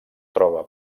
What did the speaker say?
troba